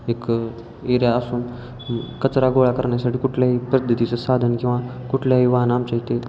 एक एरिया असून कचरा गोळा करण्यासाठी कुठल्याही पद्धतीचं साधन किंवा कुठल्याही वाहन आमच्या इथे